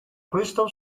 crystal